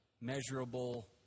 measurable